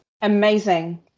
amazing